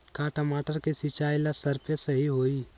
का टमाटर के सिचाई ला सप्रे सही होई?